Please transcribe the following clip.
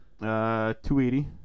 280